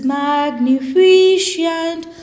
magnificent